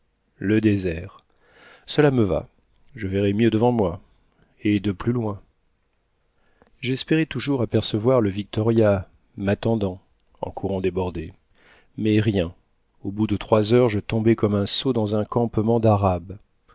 le désert cela me va je verrai mieux devant moi et de plus loin j'espérais toujours apercevoir le victoria m'attendant en courant des bordées mais rien au bout de trois heures je tombai comme un sot dans un campement d'arabes